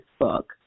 book